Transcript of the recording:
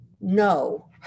no